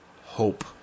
hope